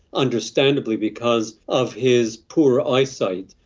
understandably, because of his poor eyesight,